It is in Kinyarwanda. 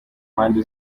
mpande